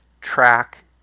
track